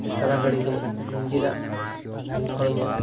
ᱪᱮ ᱥᱟᱨᱟ ᱜᱷᱟᱹᱲᱤᱜᱮ ᱱᱤᱡᱮᱨᱟᱜ ᱦᱚᱲᱢᱚ